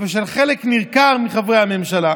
ושל חלק ניכר מחברי הממשלה,